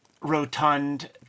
rotund